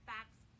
Facts